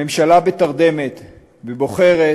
הממשלה בתרדמת ובוחרת